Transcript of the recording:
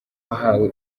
wahawe